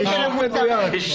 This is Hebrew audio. זה חישוב מדויק.